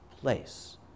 place